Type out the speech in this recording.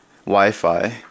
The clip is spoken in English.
Wi-Fi